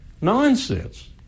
Nonsense